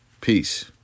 Peace